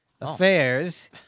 affairs